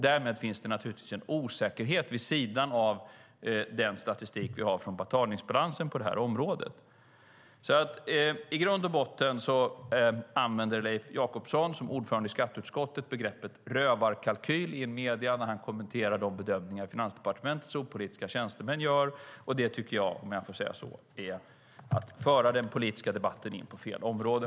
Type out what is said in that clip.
Därmed finns det naturligtvis en osäkerhet vid sidan av den statistik som vi har från betalningsbalansen på det här området. I grund och botten använder Leif Jakobsson som ordförande i skatteutskottet begreppet "rövarkalkyl" i medierna när han kommenterar de bedömningar som Finansdepartementets opolitiska tjänstemän gör. Det tycker jag, om jag får säga så, är att föra den politiska debatten in på fel område.